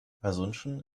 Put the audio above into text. asunción